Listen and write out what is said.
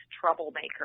troublemaker